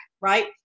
right